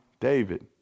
David